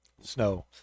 snow